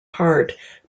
part